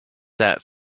that